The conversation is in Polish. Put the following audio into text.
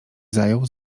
zajął